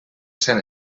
cent